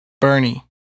Bernie